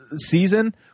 season